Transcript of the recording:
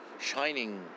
shining